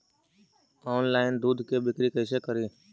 Online दुध के बिक्री कैसे करि?